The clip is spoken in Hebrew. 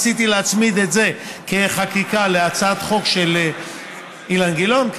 רציתי להצמיד את זה כחקיקה להצעת חוק של אילן גילאון,